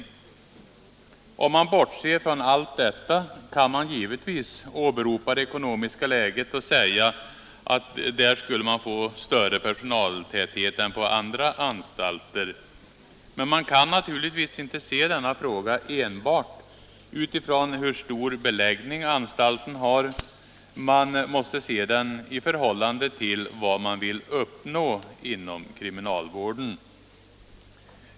Om man bortser från allt detta kan man givetvis åberopa det ekonomiska läget och säga att det skulle bli större personaltäthet än på andra anstalter. Men man kan naturligtvis inte se denna fråga enbart utifrån hur stor beläggning anstalten har. Man måste se den i förhållande till vad man vill uppnå inom kriminalvården.